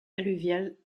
alluviale